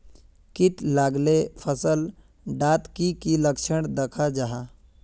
किट लगाले फसल डात की की लक्षण दखा जहा?